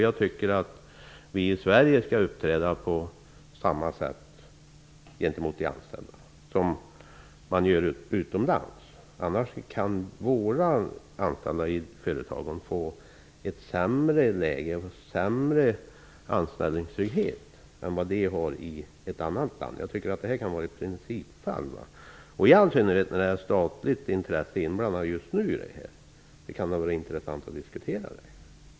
Jag tycker att vi i Sverige skall uppträda på samma sätt gentemot de anställda som man gör utomlands. Annars kan de anställda i de svenska företagen få ett sämre läge och en sämre anställ ningstrygghet än vad de anställda har i ett annat land. Det här kunde vara ett principfall, i all syn nerhet som ett statligt intresse är inblandat. Den frågan kan vara intressant att diskutera.